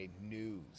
News